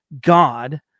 God